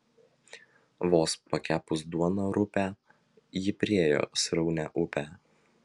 vos pakepus duoną rupią ji priėjo sraunią upę